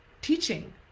teaching